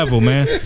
man